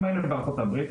אם היינו בארצות הברית,